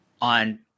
on